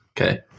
Okay